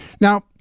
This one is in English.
Now